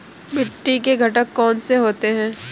मिट्टी के घटक कौन से होते हैं?